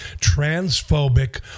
transphobic